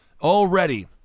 already